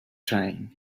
train